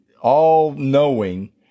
all-knowing